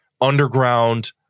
underground